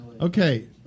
Okay